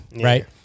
right